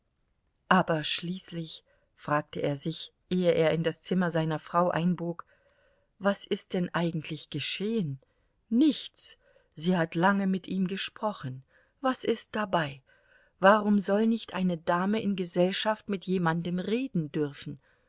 aber schließlich fragte er sich ehe er in das zimmer seiner frau einbog was ist denn eigentlich geschehen nichts sie hat lange mit ihm gesprochen was ist dabei warum soll nicht eine dame in gesellschaft mit jemandem reden dürfen